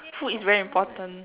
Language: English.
food is very important